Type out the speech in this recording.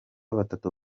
batatu